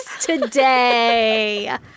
today